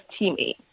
teammate